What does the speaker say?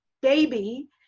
baby